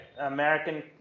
American